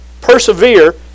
persevere